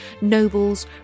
nobles